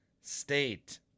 State